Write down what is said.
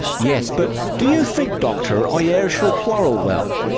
yes, but do you think, doctor, i e'er shall quarrel well?